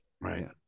right